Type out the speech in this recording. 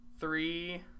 three